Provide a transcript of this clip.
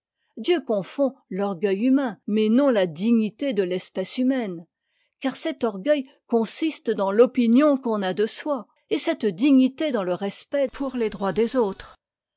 dieu confond l'orgueil humain mais non la dignité de l'espèce humaine car cet orgueil consiste dans l'opinion qu'on a de soi et cette dignité dans le respect pour les droits des autres